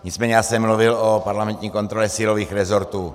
Nicméně já jsem mluvil o parlamentní kontrole silových rezortů.